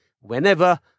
Whenever